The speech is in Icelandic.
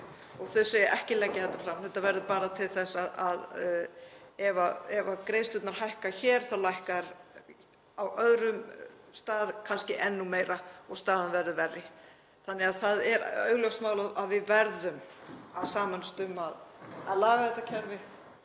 og þau segja: Ekki leggja þetta fram. Þetta verður bara til þess að ef greiðslurnar hækka hér þá lækkar á öðrum stað kannski enn meira og staðan verður verri. Það er augljóst mál að við verðum að sameinast um að laga þetta kerfi